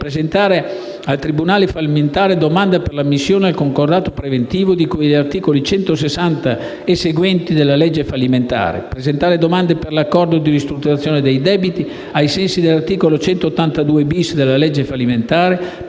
presentare al tribunale fallimentare domanda per l'ammissione al concordato preventivo, di cui agli articoli 160 e seguenti della legge fallimentare; presentare domanda per l'accordo di ristrutturazione dei debiti ai sensi dell'articolo 182-*bis* legge fallimentare;